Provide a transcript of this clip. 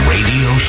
Radio